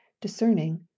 discerning